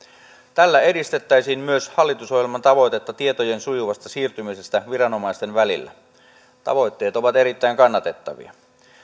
tällä edistettäisiin myös hallitusohjelman tavoitetta tietojen sujuvasta siirtymisestä viranomaisten välillä tavoitteet ovat erittäin kannatettavia